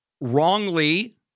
wrongly